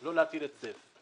לא להטיל היצף.